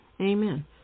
Amen